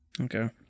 Okay